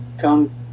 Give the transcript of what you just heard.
come